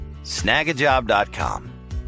snagajob.com